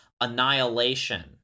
Annihilation